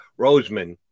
Roseman